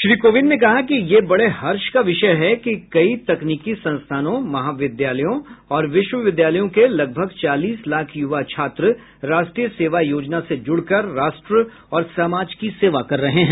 श्री कोविन्द ने कहा कि ये बड़े हर्ष का विषय है कि कई तकनीकी संस्थानों महाविद्यालयों और विश्वविद्यालयों के लगभग चालीस लाख युवा छात्र राष्ट्रीय सेवा योजना से जुड़कर राष्ट्र और समाज की सेवा कर रहे हैं